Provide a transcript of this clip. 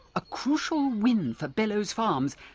a crucial win for bellows farms,